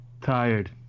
Tired